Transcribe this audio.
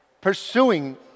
pursuing